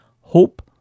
hope